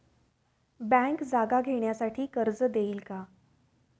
Bank जागा घेण्यासाठी कर्ज देईल का?